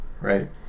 right